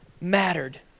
mattered